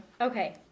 Okay